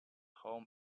home